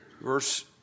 verse